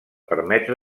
permetre